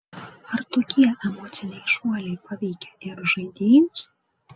ar tokie emociniai šuoliai paveikia ir žaidėjus